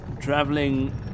Traveling